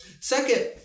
Second